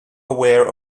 aware